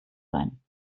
sein